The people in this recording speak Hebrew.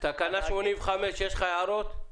על התקן כי הוא לא מתאים לכל סוגי ההובלות.